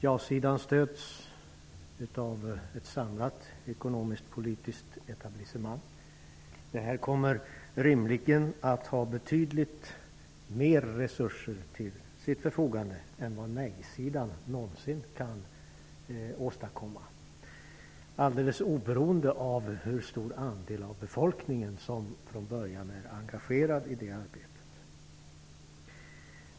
Ja-sidan stöds av ett samlat ekonomisk-politiskt etablissemang och kommer rimligtvis att ha betydligt mer resurser till sitt förfogande än vad nej-sidan någonsin kan åstadkomma. Detta gäller helt oavsett hur stor andel av befolkningen som från början är engagerad i arbetet.